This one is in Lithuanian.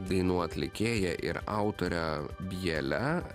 dainų atlikėja ir autore bjele